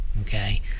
okay